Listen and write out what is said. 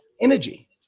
Energy